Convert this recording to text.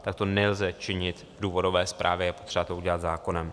Toto nelze činit v důvodové zprávě a je potřeba to udělat zákonem.